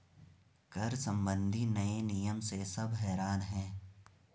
कर संबंधी नए नियम से सब हैरान हैं